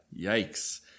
Yikes